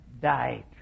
died